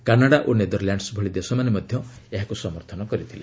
Canada ଓ Netherlands ଭଳି ଦେଶମାନେ ମଧ୍ୟ ଏହାକୁ ସମର୍ଥନ କରିଥିଲେ